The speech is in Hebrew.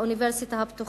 לומדים באוניברסיטה הפתוחה,